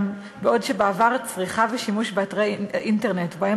אולם בעוד בעבר צריכה ושימוש באתרי אינטרנט שבהם